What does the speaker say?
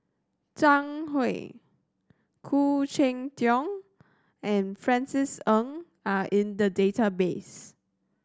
Zhang Hui Khoo Cheng Tiong and Francis Ng are in the database